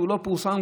שלא פורסם,